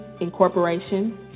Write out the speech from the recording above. Incorporation